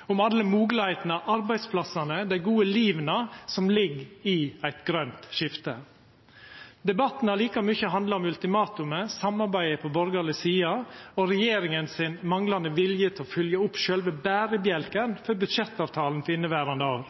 om alle moglegheitene, arbeidsplassane og dei gode liva som ligg i eit grønt skifte. Debatten har like mykje handla om ultimatumet, samarbeidet på borgarleg side og regjeringa sin manglande vilje til å fylgja opp sjølve berebjelken for budsjettavtalen for inneverande år: